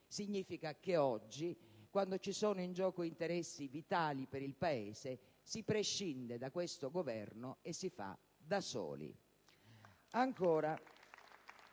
Significa che oggi, quando ci sono in gioco interessi vitali per il Paese, si prescinde da questo Governo e si fa da soli.